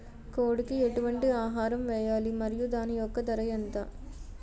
కోడి కి ఎటువంటి ఆహారం వేయాలి? మరియు దాని యెక్క ధర ఎంత?